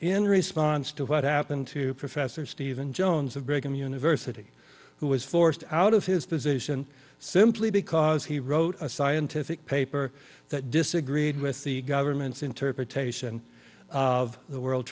in response to what happened to professor steven jones of brigham university who was forced out of his position simply because he wrote a scientific paper that disagreed with the government's interpretation of the world